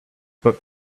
but